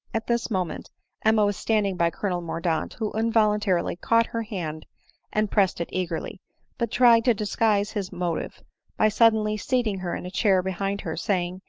at this, moment emma was standing by colonel mor daunt, who involuntarily caught her hand and pressed it eagerly but tried to disguise his motive by suddenly seating her in a chair behind her, saying,